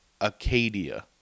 Acadia